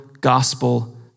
gospel